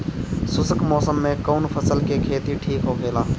शुष्क मौसम में कउन फसल के खेती ठीक होखेला?